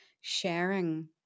sharing